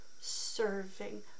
serving